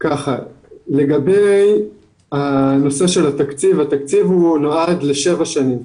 לגבי של התקציב, התקציב נועד לשבע שנים.